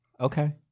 Okay